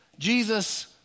Jesus